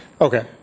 Okay